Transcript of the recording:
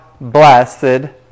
blessed